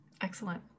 Excellent